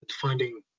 finding